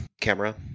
camera